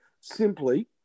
simply